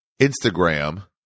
Instagram